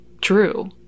true